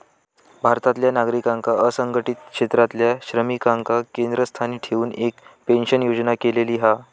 भारतातल्या नागरिकांका असंघटीत क्षेत्रातल्या श्रमिकांका केंद्रस्थानी ठेऊन एक पेंशन योजना केलेली हा